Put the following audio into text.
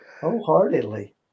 wholeheartedly